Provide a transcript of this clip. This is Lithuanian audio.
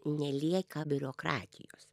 nelieka biurokratijos